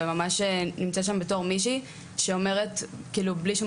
וממש נמצאת שם בתור מישהי שאומרת בלי שום